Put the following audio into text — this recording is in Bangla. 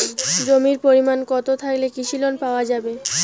জমির পরিমাণ কতো থাকলে কৃষি লোন পাওয়া যাবে?